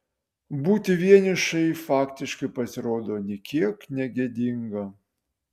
būti vienišai faktiškai pasirodo nė kiek negėdinga